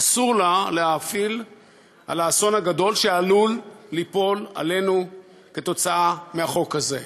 אסור לה להאפיל על האסון הגדול שעלול ליפול עלינו כתוצאה מהחוק הזה.